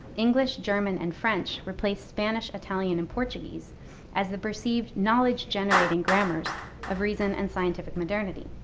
english, german, and french replace spanish, italian, and portugese as the perceived knowledge-generating grammars of reason and scientific modernity.